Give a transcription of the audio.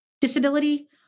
disability